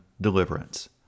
Deliverance